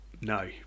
No